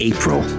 April